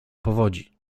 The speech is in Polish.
powodzi